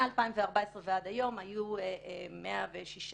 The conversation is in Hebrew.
מ-2014 ועד היום היו 106 תיקים.